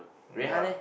ya